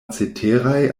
ceteraj